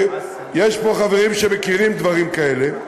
יש פה חברים שמכירים דברים כאלה.